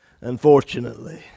unfortunately